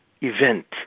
event